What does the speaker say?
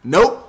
Nope